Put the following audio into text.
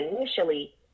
initially